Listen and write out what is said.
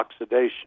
oxidation